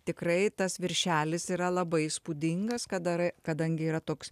tikrai tas viršelis yra labai įspūdingas ką darai kadangi yra toks